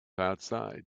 outside